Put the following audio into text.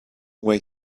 way